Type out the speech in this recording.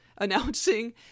announcing